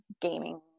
gaming